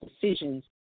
decisions